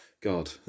God